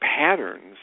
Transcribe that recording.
patterns